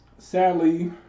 Sadly